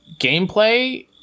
gameplay